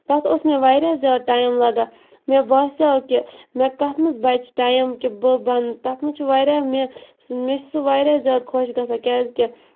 تَتھ اوس مےٚ واریاہ زیادٕ ٹایم لَگان مےٚ باسیٚو کہِ مےٚ کتھ مَنٛز بَچہِ ٹایم کہِ بہٕ بَنہٕ تَتھ مَنٛز چھِ واریاہ مےٚ مےٚ چھُ سُہ واریاہ زیاد خۄش گَژھان کیاز کہِ